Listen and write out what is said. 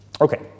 Okay